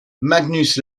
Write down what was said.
magnus